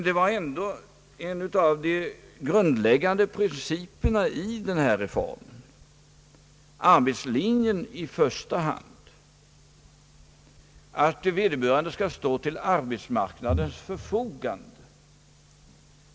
Det var dock en av de grundläggande principerna i denna reform — arbetslinjen i första hand — att vederbörande bidragssökande skall stå till arbetsmarknadens förfogande.